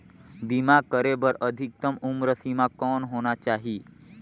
बीमा करे बर अधिकतम उम्र सीमा कौन होना चाही?